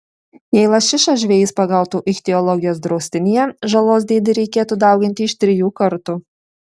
jei lašišą žvejys pagautų ichtiologijos draustinyje žalos dydį reikėtų dauginti iš trijų kartų